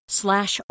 slash